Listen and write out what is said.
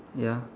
ya